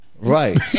Right